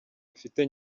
afite